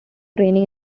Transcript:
training